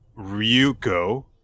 Ryuko